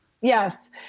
Yes